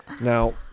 now